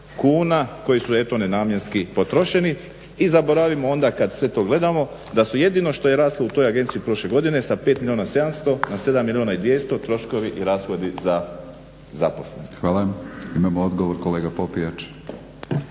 koji su eto nenamjenski potrošeni i zaboravimo onda kad sve to gledamo da su jedino što je raslo u toj agenciji prošle godine sa 5 milijuna 700 na 7 milijuna 200 troškovi i rashodi za zaposlene. **Batinić, Milorad (HNS)** Hvala. Imamo odgovor, kolega Popijač.